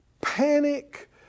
panic